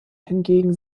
hingegen